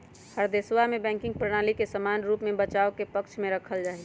हर देशवा में बैंकिंग प्रणाली के समान रूप से बचाव के पक्ष में रखल जाहई